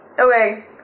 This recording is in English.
Okay